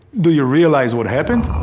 do you realize what happened?